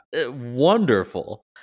wonderful